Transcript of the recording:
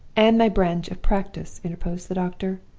and my branch of practice interposed the doctor.